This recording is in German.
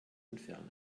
entfernen